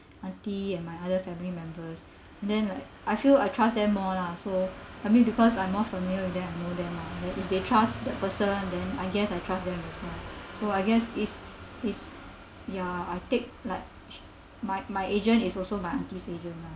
aunty and my other family members and then like I feel I trust them more lah so I mean because I'm more familiar with them I know them lah if they trust that person then I guess I trust them also lah so I guess is is ya I took like my my agent is also my aunty's agent lah